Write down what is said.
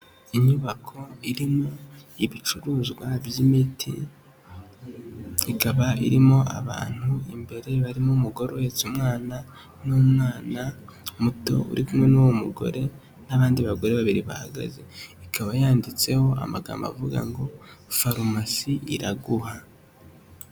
Inyubako irimo ibicuruzwa by'imiti ikaba irimo abantu imbere barimo umugore uhetse umwana, n'umwana muto uri kumwe n'uwo mugore, n'abandi bagore babiri bahagaze, ikaba yanditseho amagambo avuga ngo farumasi iraguha.